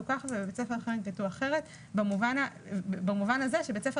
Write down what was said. כך ובבית ספר אחר ינקטו אחרת במובן הזה שבית ספר